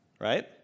right